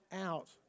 out